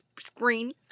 screen